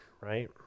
right